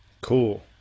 cool